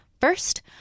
first